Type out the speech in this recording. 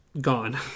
gone